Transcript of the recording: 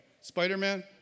Spider-Man